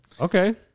Okay